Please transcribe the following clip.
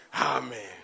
Amen